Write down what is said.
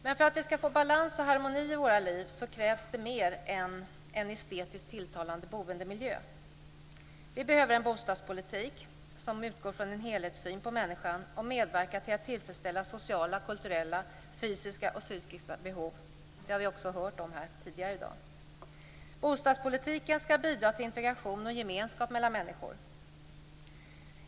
Men för att vi ska få balans och harmoni i våra liv krävs det mer än en estetiskt tilltalande boendemiljö. Vi behöver en bostadspolitik som utgår från en helhetssyn på människan och medverkar till att tillfredsställa sociala, kulturella, fysiska och psykiska behov. Vi hört om detta också tidigare i dag. Bostadspolitiken ska bidra till integration och gemenskap mellan människor.